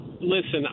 Listen